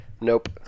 Nope